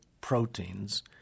proteins